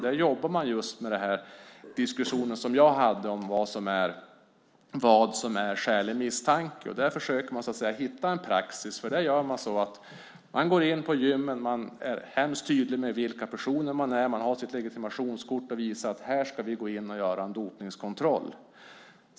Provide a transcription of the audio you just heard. Där jobbar man just med det som jag hade en diskussion om, vad som är skälig misstanke. Där försöker man hitta en praxis. Man gör så att man går in på gymmen. Man är hemskt tydlig med vilka personer man är. Man har sitt legitimationskort och visar att här ska vi gå in och göra en dopningskontroll.